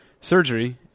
surgery